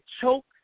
choke